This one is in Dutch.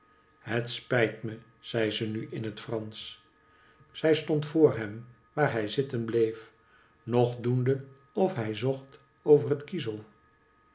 het spijt me zei ze nu in het fransch zij stond voor hem waar hij zitten bleef nog doende of hij zocht over het kiezel